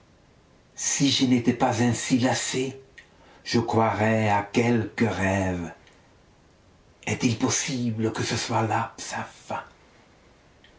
si je n'étais pas ainsi lassée je croirais à quelque rêve est-il possible que ce soit là